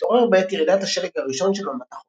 מתעורר בעת ירידת השלג הראשון של עונת החורף.